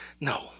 No